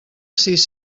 sis